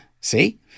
See